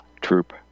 troop